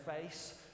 face